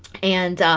and